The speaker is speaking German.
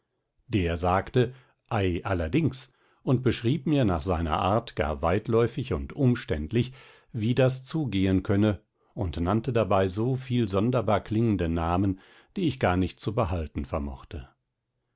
der sagte ei allerdings und beschrieb mir nach seiner art gar weitläufig und umständlich wie das zugehen könne und nannte dabei so viel sonderbar klingende namen die ich gar nicht zu behalten vermochte